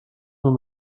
nur